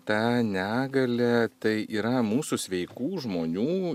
ta negalia tai yra mūsų sveikų žmonių